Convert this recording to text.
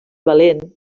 valent